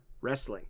wrestling